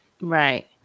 Right